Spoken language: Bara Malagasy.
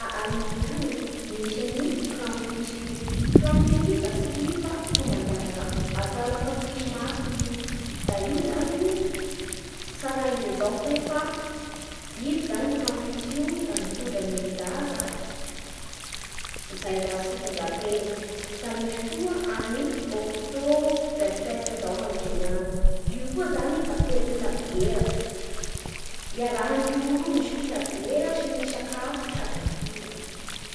A Allemagne agny e misy an'ny krampus io. Krampus io da tsy ino fa fomban-draza atao lafa amin'ny krismasy i io, da io zany tsaraindreo hoe fa biby zany io krampus io da mitondra ny zaza izay ratsy fitondràn-tegna. Da misy koa ny octo berfirst izao agny amindreo agny. I io koa zany da fetin'ny labiera hiarahan'ny olo misotro labiera sy misakafo sady mihira.